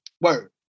Word